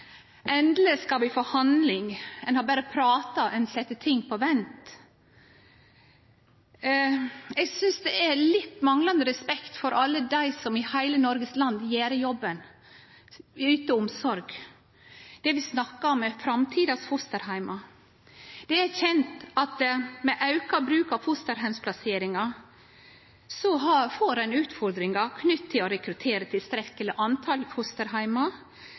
endeleg skal vi få handling, ein har berre prata, ein har sett ting på vent. Eg synest det er litt manglande respekt for alle dei som i heile Noregs land gjer jobben og yter omsorg. Det vi snakkar om, er framtidas fosterheimar. Det er kjent at med auka bruk av fosterheimsplasseringar får ein utfordringar knytte til å rekruttere tilstrekkeleg mange fosterheimar